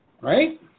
right